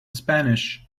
spanish